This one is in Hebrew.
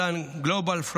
Forum Global,